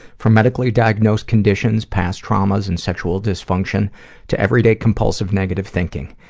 from medically diagnosed conditions, past traumas and sexual dysfunction to everyday compulsive negative thinking.